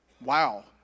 Wow